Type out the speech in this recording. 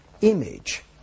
image